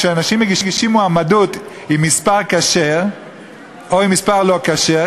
כשאנשים מגישים מועמדות עם מספר טלפון כשר או מספר לא כשר,